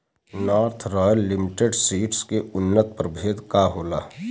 North Royal Limited Seeds के उन्नत प्रभेद का होला?